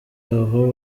aho